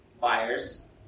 buyers